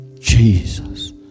Jesus